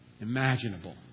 imaginable